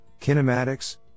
kinematics